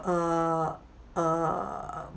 uh uh